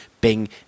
Bing